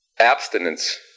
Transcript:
abstinence